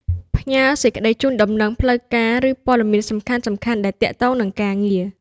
ផ្ញើ សេចក្តីជូនដំណឹង ផ្លូវការ ឬព័ត៌មានសំខាន់ៗដែលទាក់ទងនឹងការងារ។